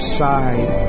side